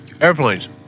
airplanes